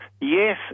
Yes